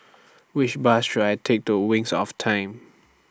Which Bus should I Take to Wings of Time